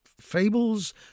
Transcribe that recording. fables